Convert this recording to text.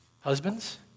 Husbands